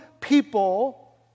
people